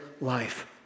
life